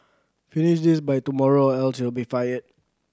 finish this by tomorrow or else you'll be fired